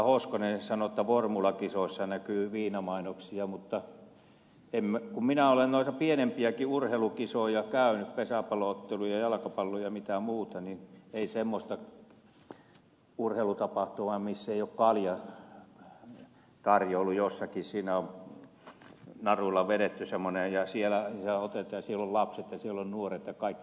hoskonen sanoi että formulakisoissa näkyy viinamainoksia mutta kun minä olen noita pienempiäkin urheilukisoja käynyt pesäpallo ja jalkapallo otteluja ja mitä muuta niin ei ole semmoista urheilutapahtumaa missä ei ole kaljatarjoilu jossakin siinä on semmoinen naruilla vedetty alue ja siellä otetaan ja siellä on lapset ja siellä on nuoret ja kaikki